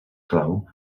clau